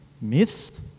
myths